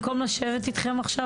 במקום לשבת איתכם עכשיו,